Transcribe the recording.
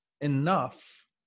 enough